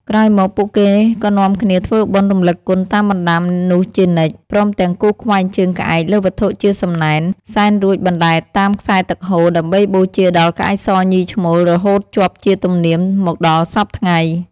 ក្រោយមក ពួកគេក៏នាំគ្នាធ្វើបុណ្យរំលឹកគុណតាមបណ្ដាំនោះជានិច្ច ព្រមទាំងគូសខ្វែងជើងក្អែកលើវត្ថុជាសំណែន សែនរួចបណ្ដែតតាមខ្សែទឹកហូរ ដើម្បីបូជាដល់ក្អែកសញីឈ្មោល រហូតជាប់ជាទំនៀមមកដល់សព្វថ្ងៃ។